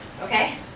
Okay